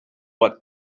but